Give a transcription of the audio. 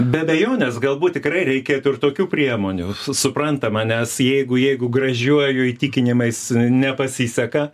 be abejonės galbūt tikrai reikėtų ir tokių priemonių suprantama nes jeigu jeigu gražiuoju įtikinimais nepasiseka